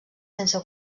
sense